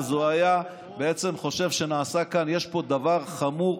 אז הוא היה חושב שיש פה דבר חמור,